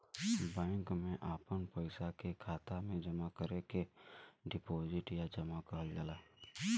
bank मे आपन पइसा के खाता मे जमा करे के डीपोसिट या जमा कहल जाला